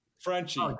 Frenchie